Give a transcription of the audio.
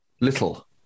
little